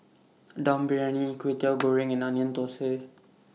Dum Briyani Kway Teow Goreng and Onion Thosai